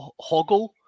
Hoggle